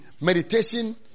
meditation